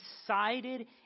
decided